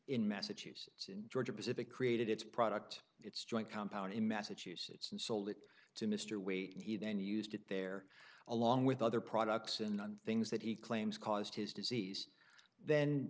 in massachusetts in georgia pacific created its product its joint compound in massachusetts and sold it to mr wade he then used it there along with other products in the things that he claims caused his disease then